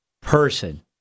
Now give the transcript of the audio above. person